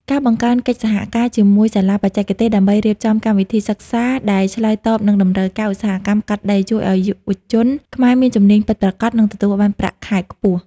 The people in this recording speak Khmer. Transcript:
ការបង្កើនកិច្ចសហការជាមួយសាលាបច្ចេកទេសដើម្បីរៀបចំកម្មវិធីសិក្សាដែលឆ្លើយតបនឹងតម្រូវការឧស្សាហកម្មកាត់ដេរ ជួយឱ្យយុវជនខ្មែរមានជំនាញពិតប្រាកដ និងទទួលបានប្រាក់ខែខ្ពស់។